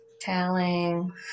Telling